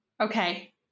Okay